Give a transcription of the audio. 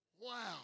Wow